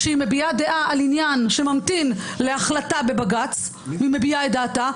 שעל עניין שממתין להחלטה בבג"ץ היא מביעה את דעתה.